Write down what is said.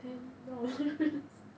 then no remembrance